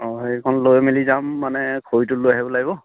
অঁ সেইখন লৈ মেলি যাম মানে খৰিটো লৈ আহিব লাগিব